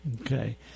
okay